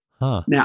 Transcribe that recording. Now